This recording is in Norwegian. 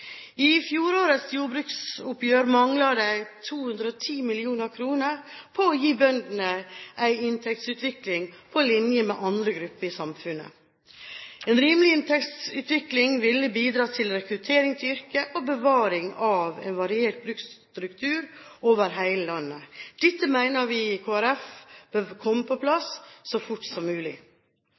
I fjorårets jordbruksoppgjør manglet det 210 mill. kr på å gi bøndene en inntektsutvikling på linje med andre grupper i samfunnet. En rimelig inntektsutvikling ville bidratt til rekruttering til yrket og bevaring av en variert bruksstruktur over hele landet. Dette mener vi i Kristelig Folkeparti bør komme på plass så fort som mulig.